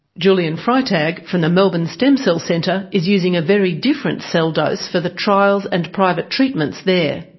julien freitag, from the melbourne stem cell centre, is using a very different cell dose for the trials and private treatments there.